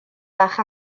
fach